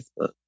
Facebook